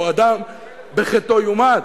או "איש בחטאו יומת",